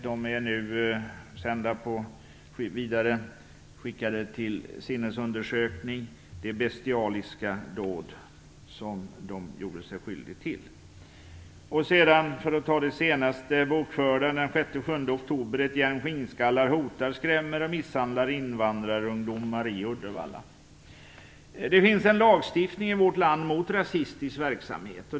De är nu skickade till sinnesundersökning. De gjorde sig skyldiga till ett bestialiskt dåd. Det senast bokförda fallet ägde rum den 6-7 oktober. Ett gäng skinnskallar hotade, skrämde och misshandlade invandrarungdomar i Uddevalla. Det finns en lagstiftning i vårt land mot rasistisk verksamhet.